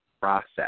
process